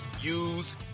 use